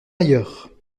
ailleurs